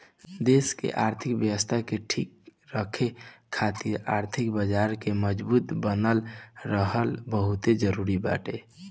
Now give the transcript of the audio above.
देस के आर्थिक व्यवस्था के ठीक राखे खातिर आर्थिक बाजार के मजबूत बनल रहल बहुते जरुरी बाटे